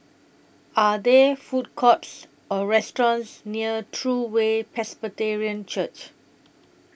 Are There Food Courts Or restaurants near True Way Presbyterian Church